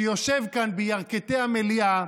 שיושב כאן בירכתי המליאה,